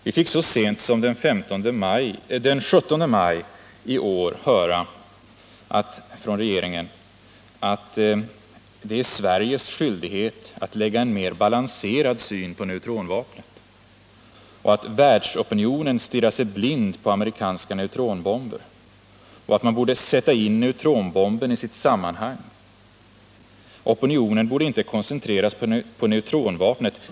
Vi fick så sent som den 17 maj i år av regeringen här höra att ”det är Sveriges skyldighet att lägga en mer balanserad syn på neutronvapnet” och att ”världsopinionen stirrar sig blind på amerikanska neutronbomber” och att man borde ”sätta in neutronbomben i sitt sammanhang”. Opinionen borde inte koncentreras på neutronvapnet.